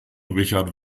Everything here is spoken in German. richard